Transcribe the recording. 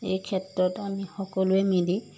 এই ক্ষেত্ৰত আমি সকলোৱে মিলি